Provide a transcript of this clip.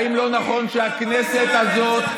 האם לא נכון שהכנסת הזאת,